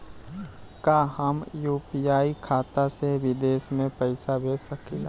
का हम यू.पी.आई खाता से विदेश म पईसा भेज सकिला?